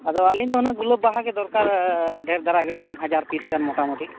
ᱟᱫᱚ ᱟᱹᱞᱤᱧ ᱫᱚ ᱚᱱᱟ ᱜᱩᱞᱟᱹᱵ ᱵᱟᱦᱟ ᱜᱮ ᱫᱚᱨᱠᱟᱨ ᱰᱷᱮᱨ ᱫᱷᱟᱨᱟ ᱜᱮ ᱦᱩᱱᱟᱹᱝ ᱦᱟᱡᱟᱨ ᱯᱤᱥ ᱜᱟᱱ ᱢᱚᱴᱟᱢᱩᱴᱤ